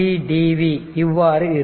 dv இவ்வாறு இருக்கும்